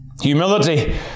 Humility